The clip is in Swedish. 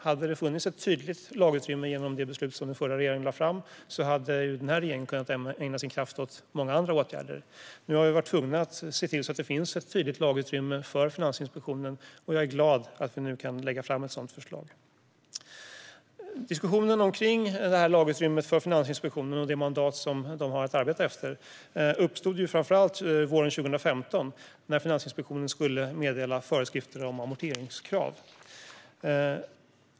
Om det hade funnits ett tydligt lagutrymme genom det beslut som den förra regeringen lade fram hade den nuvarande regeringen kunnat ägna sin kraft åt många andra åtgärder. Nu har vi varit tvungna att se till att det finns ett tydligt lagutrymme för Finansinspektionen, och jag är glad att vi nu kan lägga fram ett sådant förslag. Diskussionen om lagutrymmet för Finansinspektionen och det mandat som de har att arbeta efter uppstod framför allt våren 2015, då Finansinspektionen skulle meddela föreskrifter om amorteringskrav.